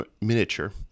miniature